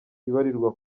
ibarirwa